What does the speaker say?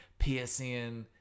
PSN